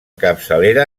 capçalera